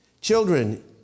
Children